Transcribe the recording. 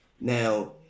Now